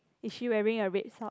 is she wearing a red sock